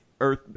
earth